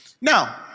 Now